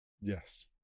Yes